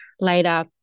later